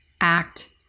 act